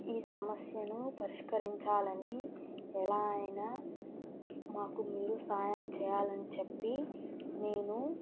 ఈ సమస్యను పరిష్కరించాలి అని ఎలా అయినా మాకు మీరు సాయం చేయాలి అని చెప్పి నేను